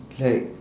like